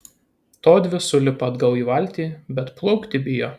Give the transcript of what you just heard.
todvi sulipa atgal į valtį bet plaukti bijo